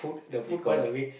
because